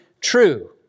true